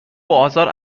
آزار